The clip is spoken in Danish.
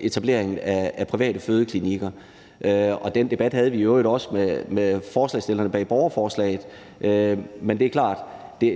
etableringen af private fødeklinikker. Den debat havde vi i øvrigt også med forslagsstillerne bag borgerforslaget, men det er klart, at